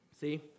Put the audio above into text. See